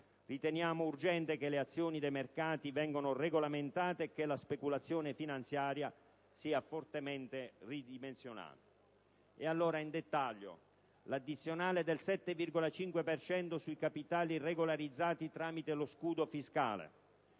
Riteniamo urgente che le azioni dei mercati vengano regolamentate e che la speculazione finanziaria sia fortemente ridimensionata. Elenco le misure nel dettaglio. Proponiamo l'addizionale del 7,5 per cento sui capitali regolarizzati tramite lo scudo fiscale;